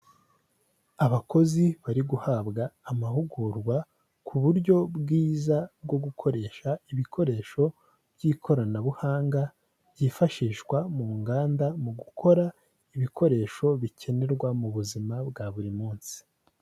Abakozi bari guhabwa amahugurwa ku buryo bwiza bwo gukoresha ibikoresho by'ikoranabuhanga, byifashishwa mu nganda mu gukora ibikoresho bikenerwa mu buzima bwa buri munsi.